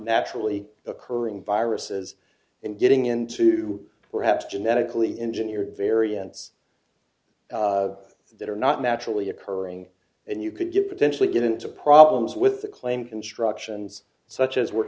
naturally occurring viruses and getting into perhaps genetically engineered variants that are not naturally occurring and you could get potentially get into problems with the claim constructions such as were